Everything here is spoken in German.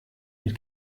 mit